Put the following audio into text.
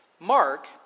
Mark